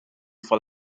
for